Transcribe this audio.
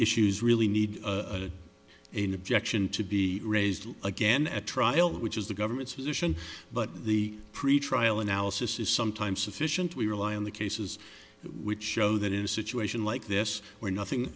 issues really need a new objection to be raised again at trial which is the government's position but the pretrial analysis is sometimes sufficient we rely on the cases which show that in a situation like this where nothing